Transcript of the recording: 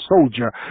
soldier